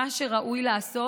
מה שראוי לעשות